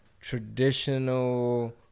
traditional